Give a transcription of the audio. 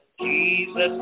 Jesus